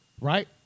right